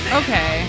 okay